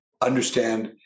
understand